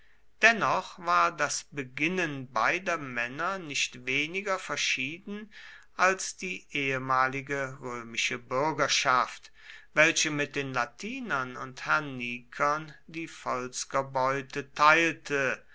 dennoch war das beginnen beider männer nicht weniger verschieden als die ehemalige römische bürgerschaft welche mit den latinern und hernikern die volskerbeute teilte